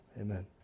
Amen